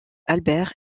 albert